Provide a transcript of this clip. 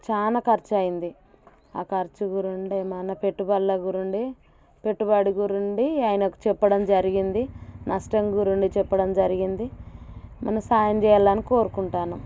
చాలా ఖర్చయింది ఆ ఖర్చు కూడ ఉండేది మా అన్న పెట్టుబడులు కూడా ఉండే పెట్టుబడి కూడా ఉండే ఆయని చెప్పడం జరిగింది నష్టంకు రెండు చెప్పడం జరిగింది ఏమైనా సాయం చెయ్యాలని కోరుకుంటున్నాను